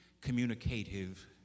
communicative